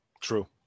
True